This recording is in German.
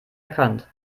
erkannt